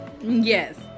Yes